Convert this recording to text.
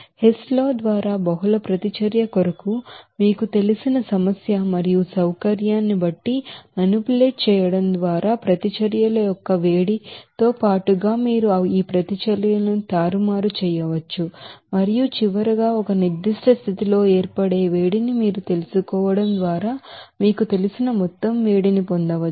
Hess law ద్వారా బహుళ ప్రతిచర్య కొరకు మీకు తెలిసిన సమస్య మరియు సౌకర్యాన్ని బట్టి మానిప్యులేట్ చేయడం ద్వారా హీట్ అఫ్ రియాక్షన్ తో పాటుగా మీరు ఈ ప్రతిచర్యలను తారుమారు చేయవచ్చు మరియు చివరగా ఒక స్టాండర్డ్ కండిషన్ లో ఏర్పడే వేడిని మీరు తెలుసుకోవడం ద్వారా మీకు తెలిసిన మొత్తం హీట్ ని పొందవచ్చు